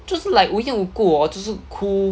就是 like 无缘无故就是哭